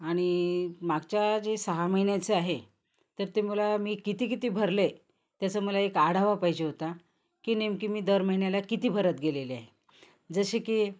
आणि मागच्या जे सहा महिन्याचं आहे तर ते मला मी किती किती भरले त्याचं मला एक आढावा पाहिजे होता की नेमकी मी दर महिन्याला किती भरत गेलेली आहे जसे की